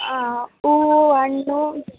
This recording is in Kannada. ಹಾಂ ಹೂವು ಹಣ್ಣು